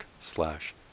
slash